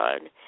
God